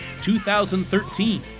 2013